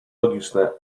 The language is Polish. logiczne